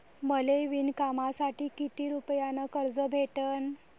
मले विणकामासाठी किती रुपयानं कर्ज भेटन?